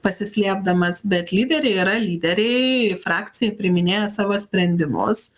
pasislėpdamas bet lyderiai yra lyderiai frakcija priiminėja savo sprendimus